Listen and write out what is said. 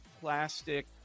plastic